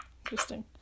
interesting